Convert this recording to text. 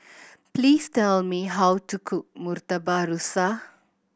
please tell me how to cook Murtabak Rusa